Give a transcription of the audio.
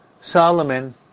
Solomon